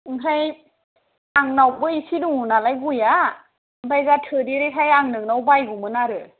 ओमफ्राय आंनावबो एसे दङ नालाय गयआ ओमफाय दा थोदेरैखाय आं नोंनाव बायगौमोन आरो